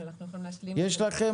אבל אנחנו יכולים להשלים --- יש לכם